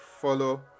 follow